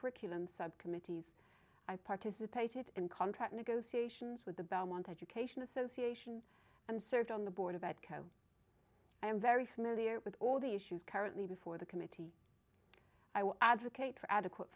curriculum subcommittees i participated in contract negotiations with the belmont education association and served on the board of ed co i am very familiar with all the issues currently before the committee i will advocate for adequate